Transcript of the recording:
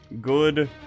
Good